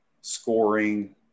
scoring